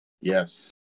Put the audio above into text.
Yes